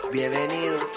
Bienvenido